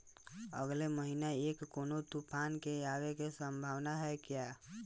अगले महीना तक कौनो तूफान के आवे के संभावाना है क्या?